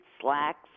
slacks